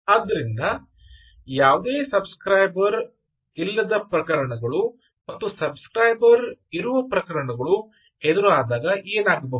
ಆದ್ದರಿಂದ ಯಾವುದೇ subscriber ಇಲ್ಲದ ಪ್ರಕರಣಗಳು ಮತ್ತು ಸಬ್ ಸ್ಕ್ರೈಬರ್ ಇರುವ ಪ್ರಕರಣಗಳು ಎದುರಾದಾಗ ಏನಾಗಬಹುದು